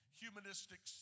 humanistic